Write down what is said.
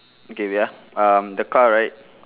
okay ya um the car right